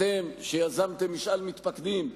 אתם שיזמתם משאל מתפקדים,